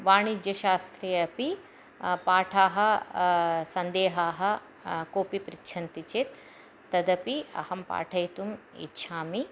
वाणिज्यशास्त्रे अपि पाठसन्देहाः कोऽपि पृच्छन्ति चेत् तदपि अहं पाठयितुम् इच्छामि